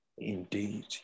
Indeed